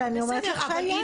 אבל אני אומרת לך שהיה.